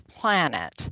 planet